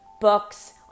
books